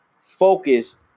focus